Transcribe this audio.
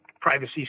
privacy